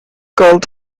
cult